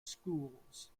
schools